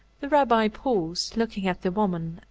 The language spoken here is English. the rabbi paused, looking at the woman,